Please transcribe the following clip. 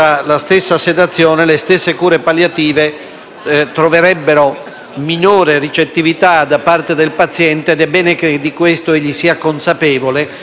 minore ricettività da parte del paziente ed è bene che di questo egli sia consapevole. In sostanza, ciò di cui stiamo parlando non è affatto un accompagnamento